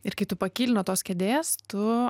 ir kai tu pakyli nuo tos kėdės tu